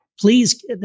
please